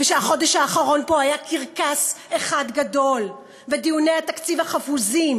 ושהחודש האחרון פה היה קרקס אחד גדול בדיוני התקציב החפוזים,